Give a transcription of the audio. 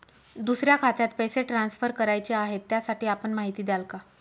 दुसऱ्या खात्यात पैसे ट्रान्सफर करायचे आहेत, त्यासाठी आपण माहिती द्याल का?